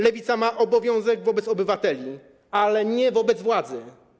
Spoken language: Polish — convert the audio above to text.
Lewica ma obowiązek wobec obywateli, ale nie wobec władzy.